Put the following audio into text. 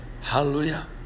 Hallelujah